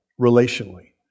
relationally